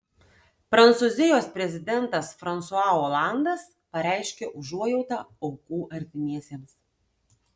prancūzijos prezidentas fransua olandas pareiškė užuojautą aukų artimiesiems